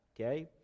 Okay